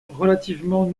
relativement